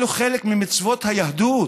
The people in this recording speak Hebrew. אלו חלק ממצוות היהדות.